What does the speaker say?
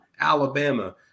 Alabama